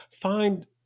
find